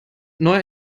neue